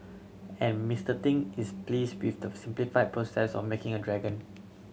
and Mister Ting is pleased with the simplified process of making a dragon